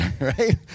right